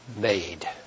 made